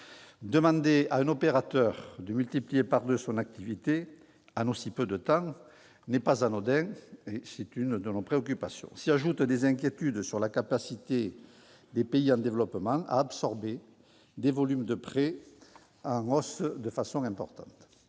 Demander à un opérateur de multiplier par deux son activité en aussi peu de temps n'est pas anodin, c'est donc l'une de nos préoccupations. S'y ajoutent des inquiétudes sur la capacité des pays en développement à absorber des volumes de prêts en hausse importante.